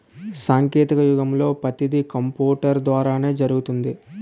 సాంకేతిక యుగంలో పతీది కంపూటరు ద్వారానే జరుగుతుంది